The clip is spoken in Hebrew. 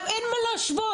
ואין מה להשוות,